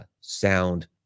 sound